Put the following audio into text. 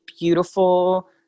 beautiful